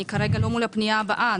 אני כרגע לא מול הפנייה הבאה.